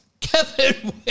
Kevin